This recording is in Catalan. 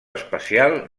especial